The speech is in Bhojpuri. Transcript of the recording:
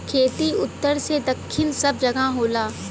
खेती उत्तर से दक्खिन सब जगह होला